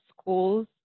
schools